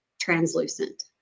translucent